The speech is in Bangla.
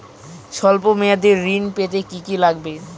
সল্প মেয়াদী ঋণ পেতে কি কি লাগবে?